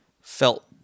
felt